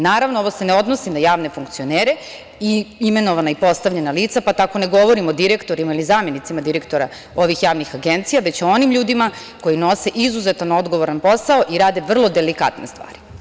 Naravno, ovo se ne odnosi na javne funkcionere i imenovana i postavljena lica, pa tako ne govorim o direktorima ili zamenicima direktora ovih javnih agencija, već o onim ljudima koji nose izuzetan odgovoran posao i rade vrlo delikatne stvari.